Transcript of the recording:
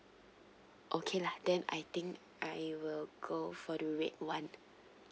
okay lah then I think I will go for the red [one]